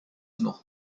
nog